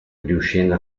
riuscendo